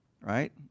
right